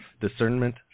discernment